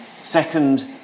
second